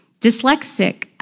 Dyslexic